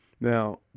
Now